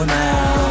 now